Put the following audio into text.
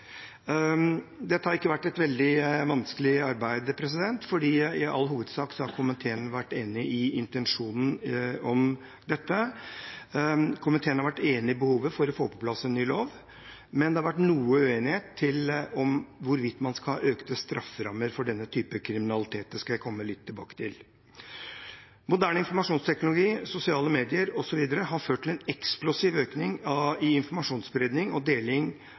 Dette har ikke vært et veldig vanskelig arbeid, for i all hovedsak har komiteen vært enig i intensjonen med dette. Komiteen har vært enig i behovet for å få på plass en ny lov, men det har vært noe uenighet om hvorvidt man skal ha økte strafferammer for denne typen kriminalitet. Det skal jeg komme litt tilbake til. Moderne informasjonsteknologi, sosiale medier osv. har ført til en eksplosiv økning i informasjonsspredning og deling